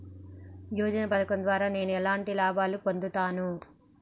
యోజన పథకం ద్వారా నేను ఎలాంటి లాభాలు పొందుతాను?